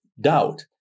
doubt